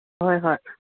ꯍꯣꯏ ꯍꯣꯏ